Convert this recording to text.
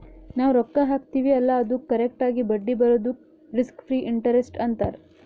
ನಾವ್ ರೊಕ್ಕಾ ಹಾಕ್ತಿವ್ ಅಲ್ಲಾ ಅದ್ದುಕ್ ಕರೆಕ್ಟ್ ಆಗಿ ಬಡ್ಡಿ ಬರದುಕ್ ರಿಸ್ಕ್ ಫ್ರೀ ಇಂಟರೆಸ್ಟ್ ಅಂತಾರ್